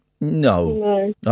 No